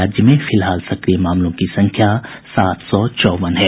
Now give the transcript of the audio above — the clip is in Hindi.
राज्य में फिलहाल सक्रिय मामलों की संख्या सात सौ चौवन है